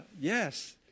Yes